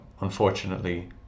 unfortunately